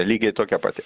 lygiai tokia pati